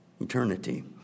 eternity